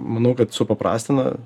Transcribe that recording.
manau kad supaprastina